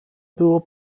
było